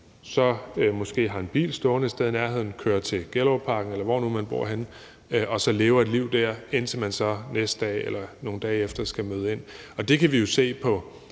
så måske har en bil stående i nærheden og kører til Gellerupparken, eller hvor de nu bor henne, og så lever et liv der, indtil de næste dag eller nogle dage efter skal møde ind. Vi kan jo se på